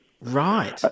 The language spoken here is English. Right